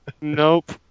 Nope